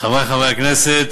חברי חברי הכנסת,